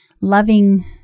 loving